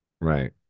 right